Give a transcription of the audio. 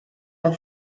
are